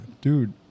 dude